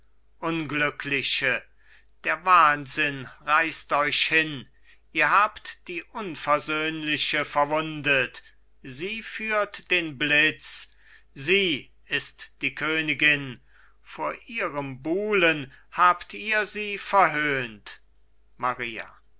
unglückliche der wahnsinn reißt euch hin ihr habt die unversöhnliche verwundet sie führt den blitz sie ist die königin vor ihrem buhlen habt ihre sie verhöhnt maria